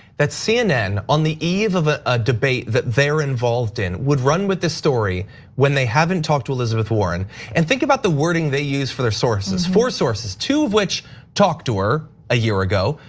that cnn on the eve of ah a debate that they're involved in would run with this story when they haven't talked to elizabeth warren and think about the wording they used for their sources, four sources two of which talked to her a year ago,